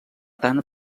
tant